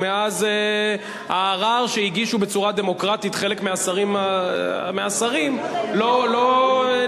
ומאז הערר שהגישו בצורה דמוקרטית חלק מהשרים לא נדון,